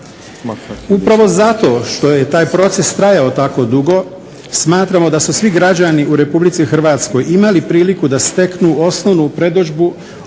Upravo zato što je taj proces trajao tako dugo smatramo da su svi građani u RH imali priliku da steknu osnovnu predodžbu